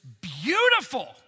beautiful